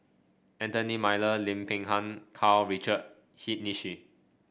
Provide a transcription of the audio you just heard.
Anthony Miller Lim Peng Han Karl Richard Hanitsch